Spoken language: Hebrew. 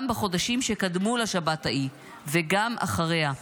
גם בחודשים שקדמו לשבת ההיא וגם אחריה.